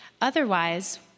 Otherwise